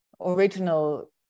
original